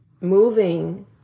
moving